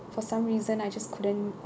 for some reason I just couldn't